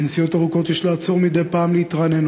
בנסיעות ארוכות יש לעצור מדי פעם להתרעננות,